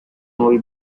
nuovi